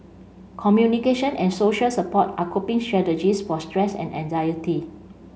communication and social support are coping strategies for stress and anxiety